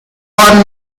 one